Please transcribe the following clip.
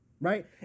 right